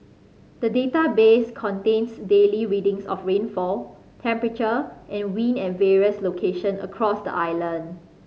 the database contains daily readings of rainfall temperature and wind at various location across the island